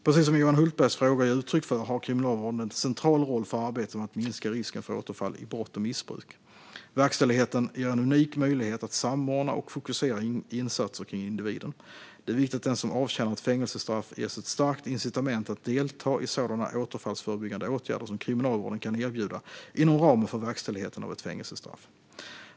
Precis som Johan Hultbergs frågor ger uttryck för har kriminalvården en central roll för arbetet med att minska risken för återfall i brott och missbruk. Verkställigheten ger en unik möjlighet att samordna och fokusera insatser kring individen. Det är viktigt att den som avtjänar ett fängelsestraff ges ett starkt incitament att delta i sådana återfallsförebyggande åtgärder som kriminalvården kan erbjuda inom ramen för verkställigheten av ett fängelsestraff.